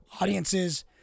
audiences